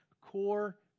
core